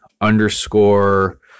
underscore